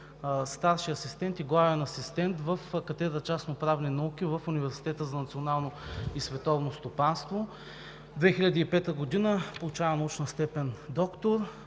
„старши асистент“ и „главен асистент“ в катедра „Частноправни науки“ в Университета за национално и световно стопанство. През 2005 г. получава научна степен „доктор“,